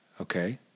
Okay